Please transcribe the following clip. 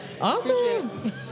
Awesome